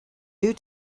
due